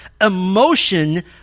emotion